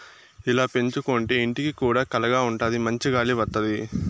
ఇలా పెంచుకోంటే ఇంటికి కూడా కళగా ఉంటాది మంచి గాలి వత్తది